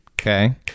Okay